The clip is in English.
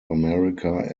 america